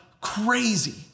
crazy